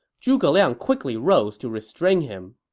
zhuge liang quickly rose to restrain him.